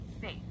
faith